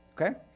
okay